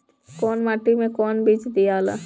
कौन माटी मे कौन बीज दियाला?